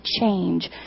change